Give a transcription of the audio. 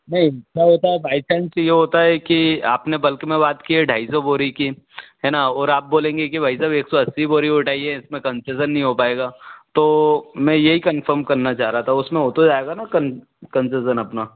नहीं क्या होता है बाइ चांस ये होता है कि आप ने बल्क में बात की है ढाई सौ बोरी की है ना और आप बोलेंगे कि भाई साहब एक सौ अस्सी बोरी उटाइए इस में कनसेस्सन नहीं हो पाएगा तो मैं यही कनफोम करना चाह रहा था उसमें हो तो जाएगा ना कन कनसेस्सन अपना